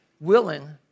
willing